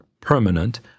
permanent